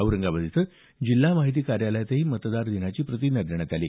औरंगाबाद इथल्या जिल्हा माहिती कार्यालयातही मतदार दिनाची प्रतिज्ञा देण्यात दिली